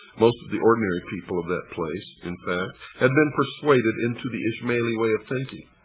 most of the ordinary people of that place, in fact, had been persuaded into the ismaili way of thinking.